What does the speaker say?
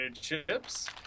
Chips